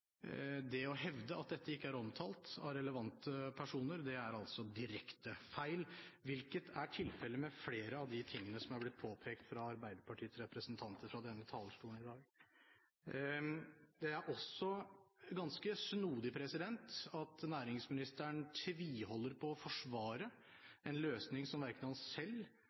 det å hevde at dette ikke er omtalt av relevante personer, er altså direkte feil, hvilket er tilfellet med flere av de tingene som er blitt påpekt fra Arbeiderpartiets representanter fra denne talerstolen i dag. Det er også ganske snodig at næringsministeren tviholder på å forsvare en løsning som verken han selv